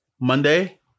Monday